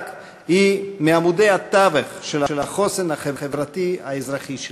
הן מעמודי התווך של החוסן החברתי האזרחי שלנו.